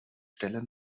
stelle